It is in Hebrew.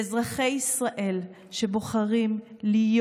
ואזרחי ישראל שבוחרים להיות